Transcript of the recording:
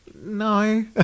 no